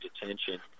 detention –